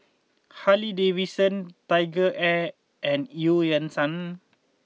Harley Davidson TigerAir and Eu Yan Sang